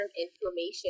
inflammation